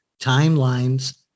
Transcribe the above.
timelines